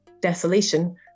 desolation